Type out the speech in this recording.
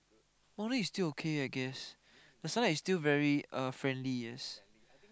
morning is still okay I guess the sun is still very uh friendly yes